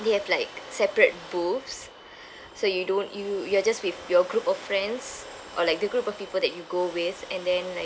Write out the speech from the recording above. they have like separate booths so you don't you you are just with your group of friends or like the group of people that you go with and then like